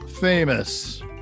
famous